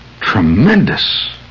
tremendous